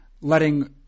letting